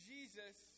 Jesus